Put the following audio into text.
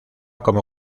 como